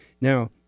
Now